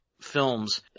films